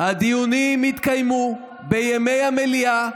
הדיונים יתקיימו בימי המליאה,